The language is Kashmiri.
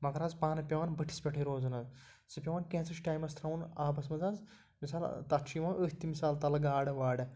مگر حظ پانہٕ پٮ۪وان بٔٹھِس پٮ۪ٹھٕے روزُن حظ سُہ پٮ۪وان کینٛژھس ٹایمَس تھاوُن آبَس منٛز حظ مِثال تَتھ چھُ یِوان أتھۍ تہِ مِثال تَلہٕ گاڈٕ واڈٕ